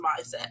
mindset